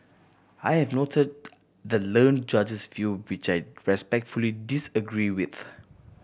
I have noted the learned Judge's view which I respectfully disagree with